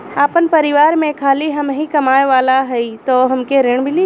आपन परिवार में खाली हमहीं कमाये वाला हई तह हमके ऋण मिली?